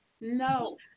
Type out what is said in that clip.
No